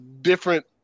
different